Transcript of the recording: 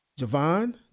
Javon